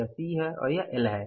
यह सी है और यह एल है